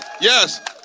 Yes